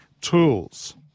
tools